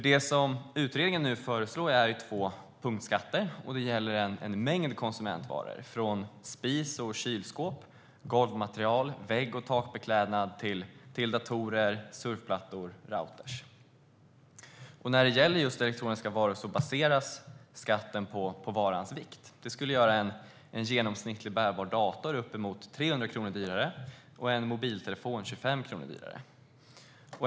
Det som utredningen nu föreslår är två punktskatter som gäller en mängd konsumentvaror, från spis och kylskåp, golvmaterial och vägg och takbeklädnad till datorer, surfplattor och routrar. När det gäller just elektroniska varor baseras skatten på varans vikt. Det skulle göra en genomsnittlig bärbar dator uppemot 300 kronor dyrare och en mobiltelefon 25 kronor dyrare.